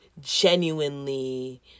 genuinely